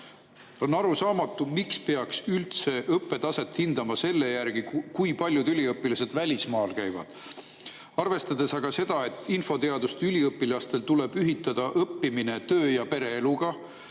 On arusaamatu, miks peaks üldse õppe taset hindama selle järgi, kui paljud üliõpilased välismaal käivad. Arvestades aga seda, et infoteaduste üliõpilastel tuleb ühitada õppimine töö ja pereeluga,